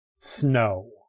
snow